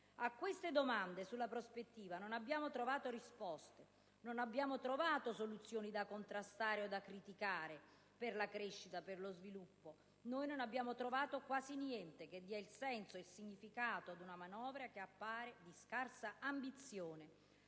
A queste domande non abbiamo trovato risposte; non abbiamo trovato soluzioni, da contrastare o da criticare, per la crescita e per lo sviluppo. Non abbiamo trovato quasi niente che dia il senso e il significato ad una manovra che appare di scarsa ambizione,